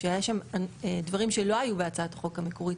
שהיו שם דברים שלא היו בהצעת החוק המקורית,